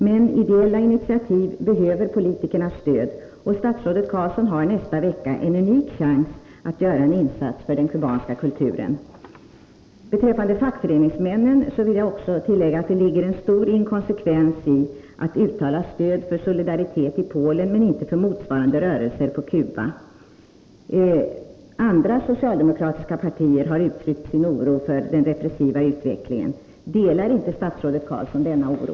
Men ideella initiativ behöver politikernas stöd, och statsrådet Carlsson har nästa vecka en unik chans att göra en insats för den kubanska kulturen. Beträffande fackföreningsmännen vill jag också tillägga att det ligger en 143 stor inkonsekvens i att uttala stöd för Solidaritet i Polen men inte för motsvarande rörelser på Cuba. Andra socialdemokratiska partier har uttryckt sin oro för den repressiva utvecklingen. Delar inte statsrådet Carlsson denna oro?